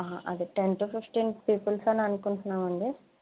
ఆ అదే ten to fifteen peoples అని అనుకుంటున్నాం అండి